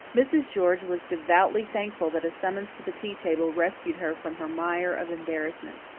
mrs. george was devoutly thankful that a summons to the tea-table rescued her from her mire of embarrassment.